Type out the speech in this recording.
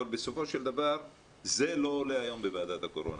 אבל בסופו של דבר זה לא עולה היום בוועדת הקורונה.